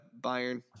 Bayern